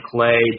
Clay